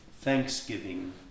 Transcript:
thanksgiving